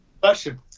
question